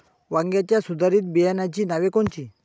वांग्याच्या सुधारित बियाणांची नावे कोनची?